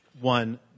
one